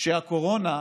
שהקורונה,